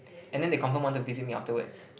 and then they confirm want to visit me afterwards